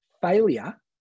failure